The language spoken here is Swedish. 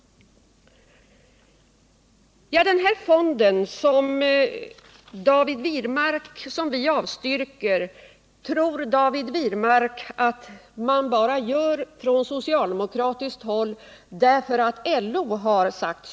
David Wirmark tror att socialdemokraterna avstyrker inrättandet av den här fonden bara därför att LO vill det.